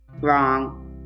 Wrong